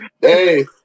Hey